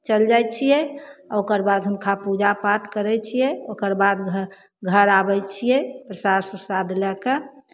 चल जाइ छियै ओकर बाद हुनका पूजा पाठ करै छियै ओकर बाद घ घर आबै छियै परसाद उरसाद लए कऽ